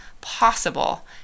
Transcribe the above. possible